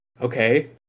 okay